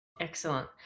Excellent